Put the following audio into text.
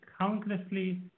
countlessly